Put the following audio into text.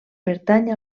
pertany